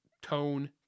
tone